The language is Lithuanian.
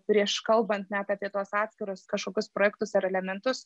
prieš kalbant net apie tuos atskirus kažkokius projektus ar elementus